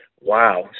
Wow